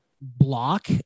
block